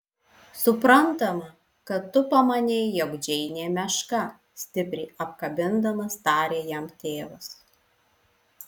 suprantama kad tu pamanei jog džeinė meška stipriai apkabindamas tarė jam tėvas